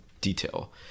detail